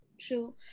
True